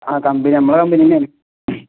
ആ കമ്പനി നമ്മളുടെ കമ്പനി തന്നെയാണ്